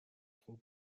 خوب